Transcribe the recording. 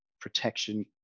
protection